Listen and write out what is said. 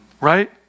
right